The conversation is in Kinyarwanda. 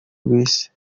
rw’isi